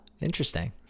interesting